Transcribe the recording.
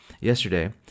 Yesterday